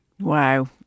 Wow